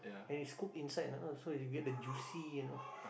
and is cooked inside ah so you get the juicy you know